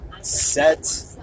set